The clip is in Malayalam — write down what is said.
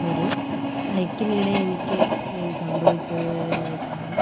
ഒരു ഹൈക്കിനിടെ എനിക്ക് സംഭവിച്ചത് എന്ന് വെച്ചാൽ